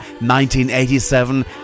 1987